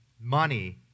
money